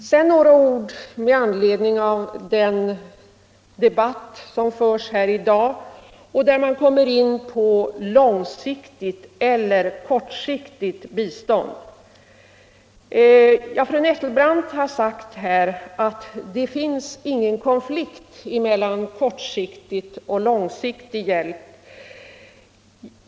Några ord med anledning av den debatt som förs här i dag. Talarna har där kommit in på långsiktigt eller kortsiktigt bistånd. Fru Nettelbrandt har sagt att det inte finns någon konflikt mellan kortsiktig och långsiktig hjälp.